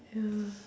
ya